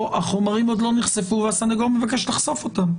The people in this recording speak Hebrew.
החומרים עוד לא נחשפו והסנגור מבקש לחשוף אותם.